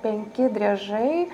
penki driežai